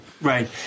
Right